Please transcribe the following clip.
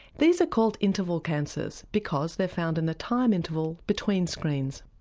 these are called interval cancers because they're found in the time interval between screens.